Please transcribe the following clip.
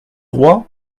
roi